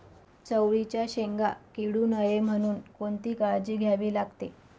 चवळीच्या शेंगा किडू नये म्हणून कोणती काळजी घ्यावी लागते?